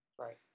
Right